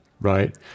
right